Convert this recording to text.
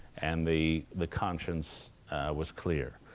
and the the conscience was clear.